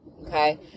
okay